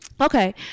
Okay